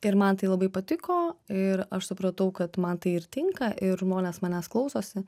ir man tai labai patiko ir aš supratau kad man tai ir tinka ir žmonės manęs klausosi